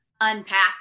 unpack